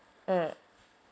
mm